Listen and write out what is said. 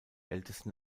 ältesten